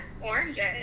oranges